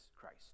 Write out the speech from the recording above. Christ